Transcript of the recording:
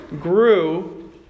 grew